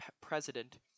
president